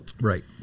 Right